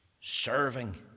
serving